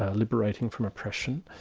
ah liberating from oppression.